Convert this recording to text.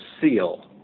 seal